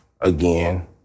again